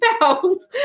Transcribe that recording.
pounds